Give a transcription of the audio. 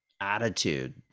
attitude